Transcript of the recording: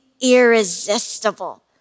irresistible